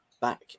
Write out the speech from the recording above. back